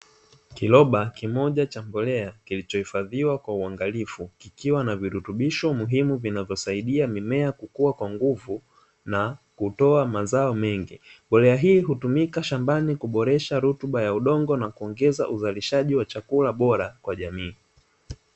Kiroba kimoja cha mbolea, kilichohifadhiwa kwa uangalifu kikiwa na virutubisho muhimu vinavosaidia mimea kukua kwa nguvu na kutoa mazao mengi, mbolea hii hutumika shambani kuboresha rutuba ya udongo na kuongeza uzalishaji wa chakula bora kwa jamii.